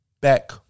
Back